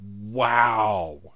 Wow